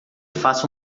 faça